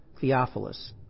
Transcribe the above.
Theophilus